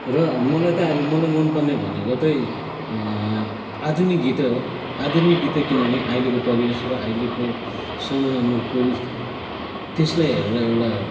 र मलाई चाहिँ अहिले मलाई मनपर्ने भनेको चाहिँ आधुनिक गीतै हो आधुनिक गीतै किनभने आहिलेको परिवेश र आहिलेको समय अनुकुल त्यसलाई हेरेर एउटा